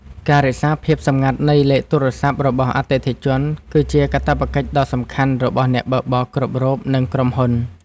ការរក្សាភាពសម្ងាត់នៃលេខទូរស័ព្ទរបស់អតិថិជន គឺជាកាតព្វកិច្ចដ៏សំខាន់របស់អ្នកបើកបរគ្រប់រូប និងក្រុមហ៊ុន។